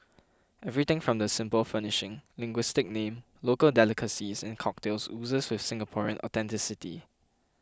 everything from the simple furnishing linguistic name local delicacies and cocktails oozes with Singaporean authenticity